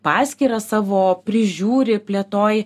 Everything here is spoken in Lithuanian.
paskyrą savo prižiūri plėtoji